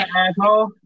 asshole